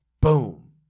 boom